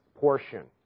portion